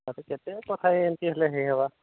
ତତେ କେତେ କଥା ଏମିତି ହେଲେ ହେଇ ହେବାର